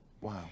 Wow